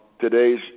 today's